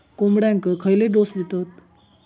कोंबड्यांक खयले डोस दितत?